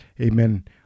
Amen